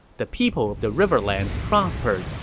the people of the riverlands prospered,